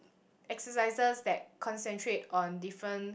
exercises that concentrate on different